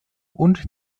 und